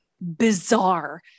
bizarre